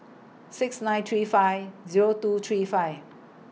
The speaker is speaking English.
six nine three five Zero two three five